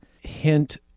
hint